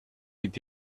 with